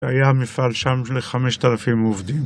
היה מפעל שם של 5,000 עובדים